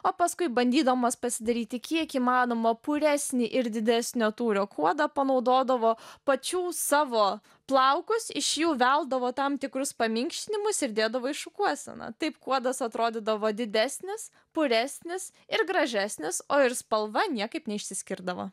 o paskui bandydamos pasidaryti kiek įmanoma puresnį ir didesnio tūrio kuodą panaudodavo pačių savo plaukus iš jų veldavo tam tikrus paminkštinimus ir dėdavo į šukuoseną taip kuodas atrodydavo didesnis puresnis ir gražesnis o ir spalva niekaip neišsiskirdavo